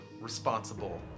responsible